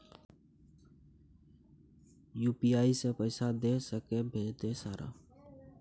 UPI से पैसा दे सके भेज दे सारा?